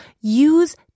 use